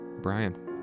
Brian